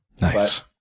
Nice